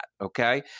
Okay